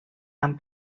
amb